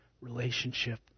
relationship